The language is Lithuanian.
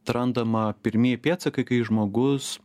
atrandama pirmieji pėdsakai kai žmogus